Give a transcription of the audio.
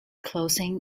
closing